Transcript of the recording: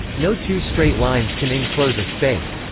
no two straight lines can enclose a space.